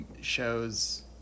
shows